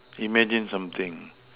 imagine something